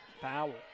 Powell